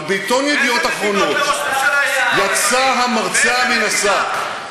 אבל בעיתון "ידיעות אחרונות" יצא המרצע מן השק,